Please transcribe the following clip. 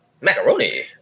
Macaroni